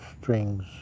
strings